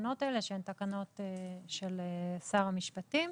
התקנות האלה שהן תקנות של שר המשפטים.